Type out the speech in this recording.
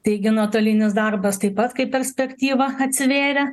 taigi nuotolinis darbas taip pat kaip perspektyva atsivėrė